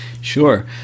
Sure